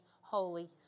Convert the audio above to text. Holy